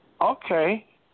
Okay